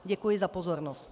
Děkuji za pozornost.